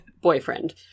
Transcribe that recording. boyfriend